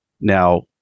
Now